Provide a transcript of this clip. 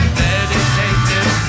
dedicated